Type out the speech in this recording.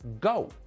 go